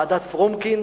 ועדת-פרומקין,